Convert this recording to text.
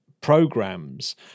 programs